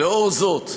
לאור זאת,